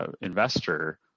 investor